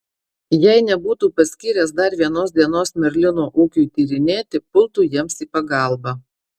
jei nebūtų paskyręs dar vienos dienos merlino ūkiui tyrinėti pultų jiems į pagalbą